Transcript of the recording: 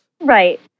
Right